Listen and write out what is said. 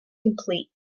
complete